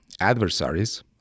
adversaries